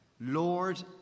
Lord